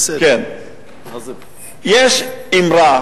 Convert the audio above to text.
יש אמרה